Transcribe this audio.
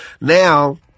now